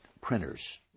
printers